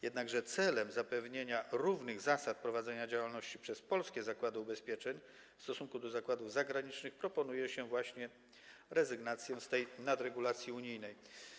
Jednakże celem zapewnienia równych zasad prowadzenia działalności polskim zakładom ubezpieczeń z zasadami dla zakładów zagranicznych proponuje się właśnie rezygnację z tej nadregulacji unijnej.